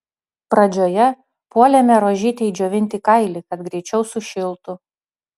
pradžioje puolėme rožytei džiovinti kailį kad greičiau sušiltų